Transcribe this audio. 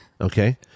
okay